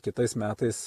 kitais metais